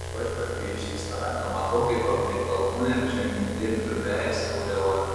pažvelgiu į ištiestą ranką matau kaip aplink alkūnę ir žemyn dilbiu vejasi aureolė